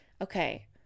okay